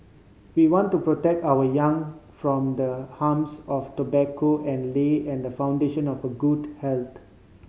we want to protect our young from the harms of tobacco and lay and foundation of a good health